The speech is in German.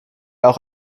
auch